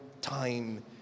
time